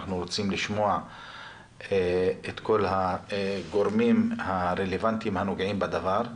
אנחנו רוצים לשמוע את כל הגורמים הרלוונטיים הנוגעים בדבר,